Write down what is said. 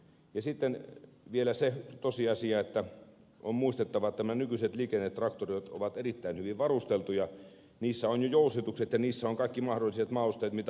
sitten vielä se tosiasia että on muistettava että nämä nykyiset liikennetraktorit ovat erittäin hyvin varusteltuja niissä on jo jousitukset ja niissä on kaikki mahdolliset mausteet mitä olla voi